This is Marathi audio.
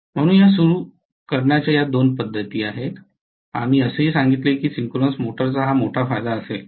म्हणूनच या सुरू करण्याच्या दोन पद्धती आहेत आणि आम्ही असेही सांगितले की सिंक्रोनस मोटरचा हा मोठा फायदा असेल